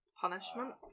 Punishment